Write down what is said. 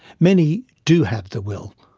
many do have the will.